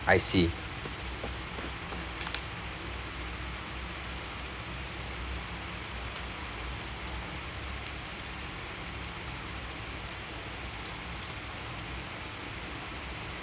I see